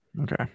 Okay